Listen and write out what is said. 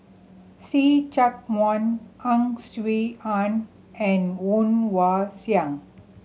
See Chak Mun Ang Swee Aun and Woon Wah Siang